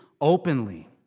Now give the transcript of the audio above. openly